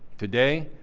today,